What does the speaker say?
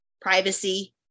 privacy